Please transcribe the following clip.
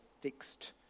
fixed